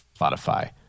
Spotify